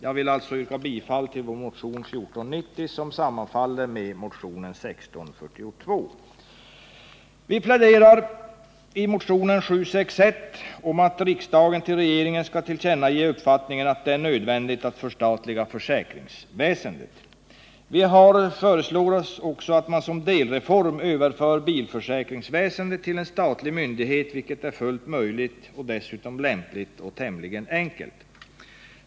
Jag yrkar alltså bifall till vår Vi pläderar i motionen 761 för att riksdagen skall ge regeringen till känna uppfattningen att det är nödvändigt att förstatliga försäkringsväsendet. Vi föreslår också att man som delreform överför bilförsäkringsväsendet till en statlig myndighet, vilket är fullt möjligt och dessutom lämpligt och tämligen enkelt.